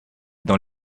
dans